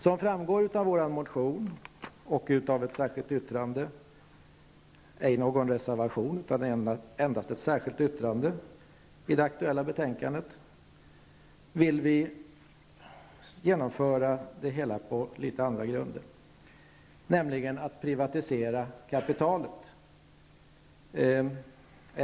Som framgår av vår motion och särskilda yttrande i det aktuella betänkandet vill vi använda pengarna till bl.a. följande: Vi vill till att börja med privatisera kapitalet.